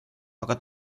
aga